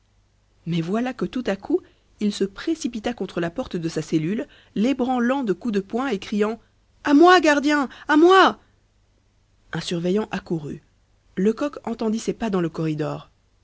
mais voilà que tout à coup il se précipita contre la porte de sa cellule l'ébranlant de coups de poing et criant à moi gardien à moi un surveillant accourut lecoq entendit ses pas dans le corridor